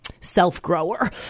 self-grower